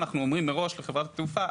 אנחנו אומרים מראש לחברת התעופה,